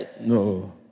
No